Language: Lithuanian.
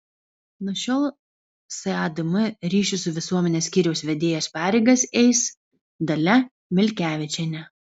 nuo šiol sadm ryšių su visuomene skyriaus vedėjos pareigas eis dalia milkevičienė